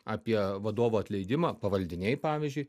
apie vadovų atleidimą pavaldiniai pavyzdžiui